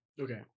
Okay